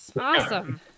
awesome